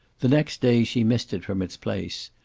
the next day she missed it from its place,